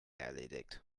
erledigt